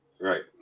Right